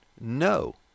No